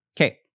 Okay